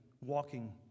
walking